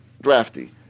drafty